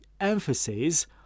emphasis